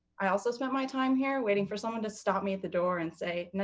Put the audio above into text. i also spent my time here waiting for someone to stop me at the door and say, no,